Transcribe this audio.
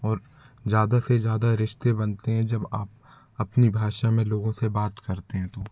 और ज़्यादा से ज़्यादा रिश्ते बनते हैं जब आप अपनी भाषा में लोगों से बात करते हैं तो